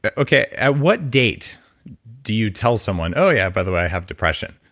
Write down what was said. but okay, at what date do you tell someone, oh, yeah by the way i have depression?